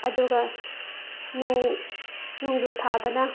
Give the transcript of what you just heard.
ꯑꯗꯨꯒ ꯅꯣꯡꯖꯨ ꯊꯥꯗꯅ